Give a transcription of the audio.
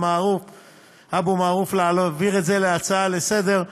אבו מערוף להעביר את זה להצעה לסדר-היום,